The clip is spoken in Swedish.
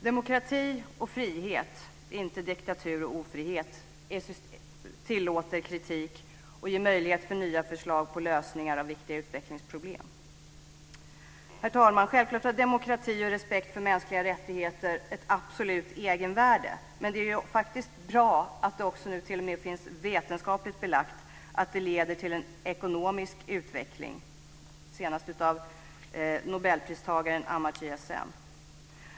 Demokrati och frihet, inte diktatur och ofrihet, tillåter kritik och ger möjlighet till nya förslag till lösningar av viktiga utvecklingsproblem. Herr talman! Självklart har demokrati och respekt för mänskliga rättigheter ett absolut egenvärde, men det är faktiskt bra att det nu t.o.m. finns vetenskapligt belagt att det leder till en ekonomisk utveckling - senast av nobelpristagaren Amartya Sen.